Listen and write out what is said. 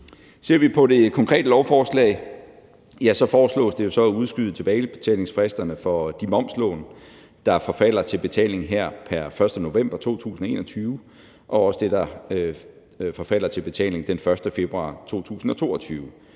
Ser vi på det konkrete lovforslag, foreslås det jo så at udskyde tilbagebetalingsfristerne for de momslån, der forfalder til betaling her pr. 1. november 2021, og også dem, der forfalder til betaling den 1. februar 2022.